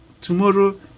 tomorrow